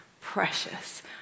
precious